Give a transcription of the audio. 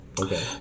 Okay